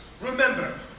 Remember